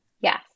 Yes